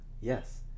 Yes